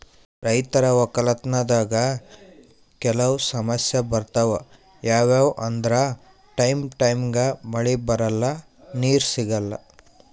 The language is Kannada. ರೈತರ್ ವಕ್ಕಲತನ್ದಾಗ್ ಕೆಲವ್ ಸಮಸ್ಯ ಬರ್ತವ್ ಯಾವ್ಯಾವ್ ಅಂದ್ರ ಟೈಮ್ ಟೈಮಿಗ್ ಮಳಿ ಬರಲ್ಲಾ ನೀರ್ ಸಿಗಲ್ಲಾ